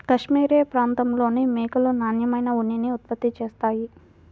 cashmere ప్రాంతంలోని మేకలు నాణ్యమైన ఉన్నిని ఉత్పత్తి చేస్తాయి